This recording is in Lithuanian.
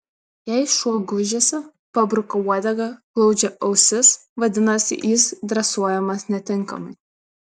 jei šuo gūžiasi pabruka uodegą glaudžia ausis vadinasi jis dresuojamas netinkamai